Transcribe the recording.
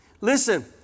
Listen